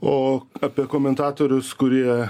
o apie komentatorius kurie